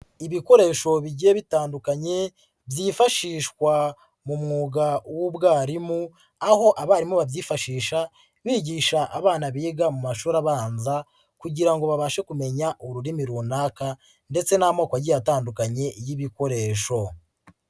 Ibikoresho bigiye bitandukanye byifashishwa mu mwuga w'ubwarimu, aho abarimu babyifashisha bigisha abana biga mu mashuri abanza kugira ngo babashe kumenya ururimi runaka ndetse n'amoko agiye atandukanye y'ibikoresho.